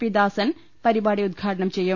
P Dasan പരി പാടി ഉദ്ഘാടനം ചെയ്യും